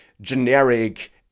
generic